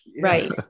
right